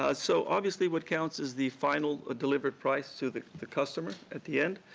ah so, obviously, what counts is the final ah delivered price through the the customer at the end,